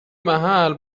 محل